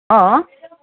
ହଁ